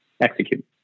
execute